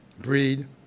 Breed